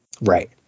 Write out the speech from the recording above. Right